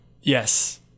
yes